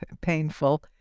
painful